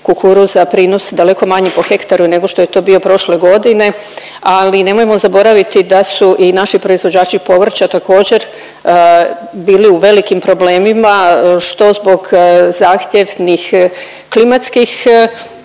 kukuruza, prinos daleko manji po hektaru nego što je to bio prošle godine, ali nemojmo zaboraviti da su i naši proizvođači povrća također bili u velikim problemima što zbog zahtjevnih klimatskih